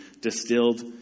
distilled